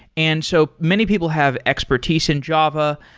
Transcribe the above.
and so, many people have expertise in java.